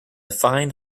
fine